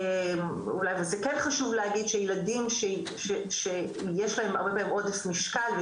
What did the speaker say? אולי זה כן חשוב להגיד שילדים שיש להם הרבה פעמים עודף משקל,